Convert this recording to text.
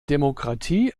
demokratie